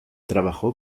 trabajó